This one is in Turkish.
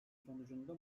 sonucunda